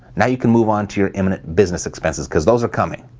now you can move on to your imminent business expenses, because those are coming.